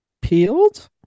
peeled